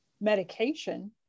medication